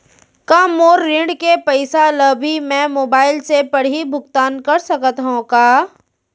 का मोर ऋण के पइसा ल भी मैं मोबाइल से पड़ही भुगतान कर सकत हो का?